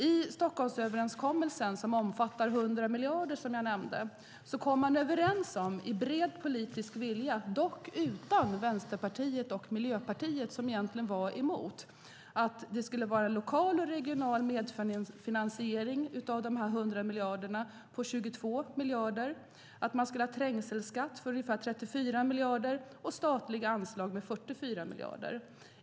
I Stockholmsöverenskommelsen, som omfattar 100 miljarder, kom man i bred politisk enighet överens - dock utan Vänsterpartiet och Miljöpartiet, som var emot - om att det skulle vara lokal och regional medfinansiering med 22 miljarder av de 100 miljarderna, att man skulle ha trängselskatt för ungefär 34 miljarder och statliga anslag med 44 miljarder.